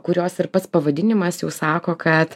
kurios ir pats pavadinimas jau sako kad